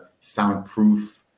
soundproof